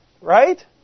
Right